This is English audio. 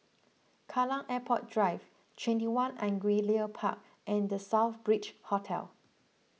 Kallang Airport Drive twenty one Angullia Park and the Southbridge Hotel